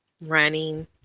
running